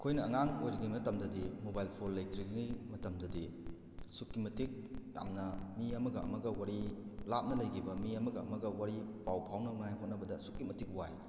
ꯑꯩꯈꯣꯏꯅ ꯑꯉꯥꯡ ꯑꯣꯏꯔꯤꯉꯩ ꯃꯇꯝꯗꯗꯤ ꯃꯣꯕꯥꯏꯜ ꯐꯣꯜ ꯂꯩꯇ꯭ꯔꯤꯉꯩꯒꯤ ꯃꯇꯝꯗꯗꯤ ꯑꯁꯨꯛꯀꯤ ꯃꯇꯤꯛ ꯌꯥꯝꯅ ꯃꯤ ꯑꯃꯒ ꯑꯃꯒ ꯋꯥꯔꯤ ꯂꯥꯞꯅ ꯂꯩꯈꯤꯕ ꯃꯤ ꯑꯃꯒ ꯑꯃꯒ ꯋꯥꯔꯤ ꯄꯥꯎ ꯐꯥꯎꯅꯉꯥꯏ ꯍꯣꯠꯅꯕꯗ ꯑꯁꯨꯛꯀꯤ ꯃꯇꯤꯛ ꯋꯥꯏ